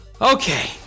okay